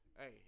Hey